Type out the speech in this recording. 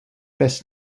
best